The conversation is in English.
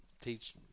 teach